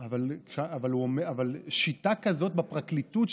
אבל שיטה כזאת בפרקליטות,